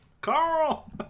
Carl